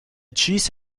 cheese